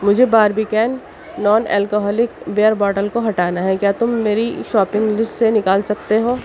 مجھے Barbican non alcoholic beer bottle کو ہٹانا ہے کیا تم میری شاپنگ لیسٹ سے نکال سکتے ہو